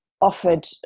offered